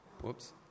Whoops